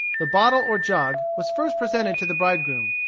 the bottle or jug was first presented to the bridegroom.